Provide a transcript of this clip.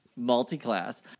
Multi-class